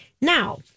Now